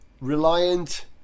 reliant